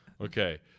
Okay